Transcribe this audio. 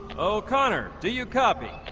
oh connor do you copy?